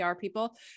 people